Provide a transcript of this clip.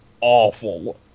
awful